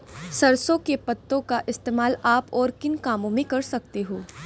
सरसों के पत्तों का इस्तेमाल आप और किन कामों में कर सकते हो?